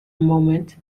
moment